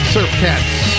Surfcats